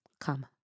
come